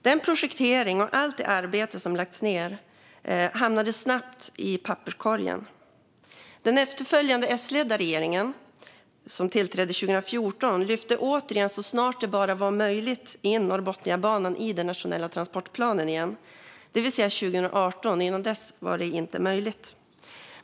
Den projektering som hade gjorts och allt det arbete som hade lagts ned hamnade snabbt i papperskorgen. Den efterföljande S-ledda regeringen, som tillträdde 2014, lyfte så snart det bara var möjligt in Norrbotniabanan i den nationella transportplanen igen. Det skedde 2018; innan dess var det inte möjligt.